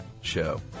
show